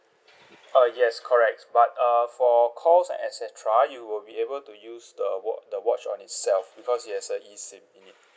err yes correct but uh for calls and et cetera you will be able to use the wa~ the watch on itself because it has a E SIM in it